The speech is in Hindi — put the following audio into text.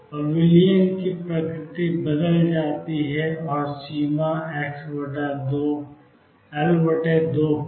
अब विलयन की प्रकृति बदल जाती है और सीमा xL2 पर